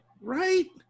Right